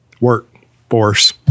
workforce